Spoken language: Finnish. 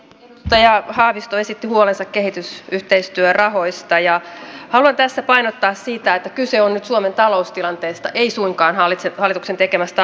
edustaja haavisto esitti huolensa kehitysyhteistyörahoista ja haluan tässä painottaa sitä että kyse on nyt suomen taloustilanteesta ei suinkaan hallituksen tekemästä arvovalinnasta